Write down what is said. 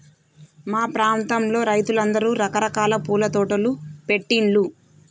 మా ప్రాంతంలో రైతులందరూ రకరకాల పూల తోటలు పెట్టిన్లు